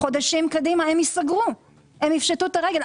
חודשים קדימה הם ייסגרו, יפשטו את הרגל.